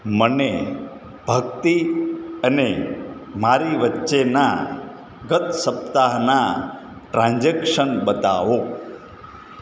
મને ભક્તિ અને મારી વચ્ચેના ગત સપ્તાહના ટ્રાન્ઝેક્શન બતાવો